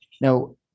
now